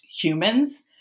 humans